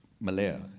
Malaya